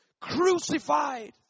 crucified